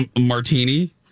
Martini